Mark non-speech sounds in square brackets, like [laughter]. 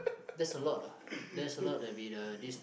that's a lot ah [breath] that's a lot that been uh this